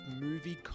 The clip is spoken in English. movie